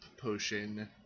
potion